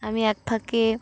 আমি এক ফাঁকে